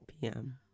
PM